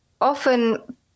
often